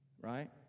Right